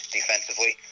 defensively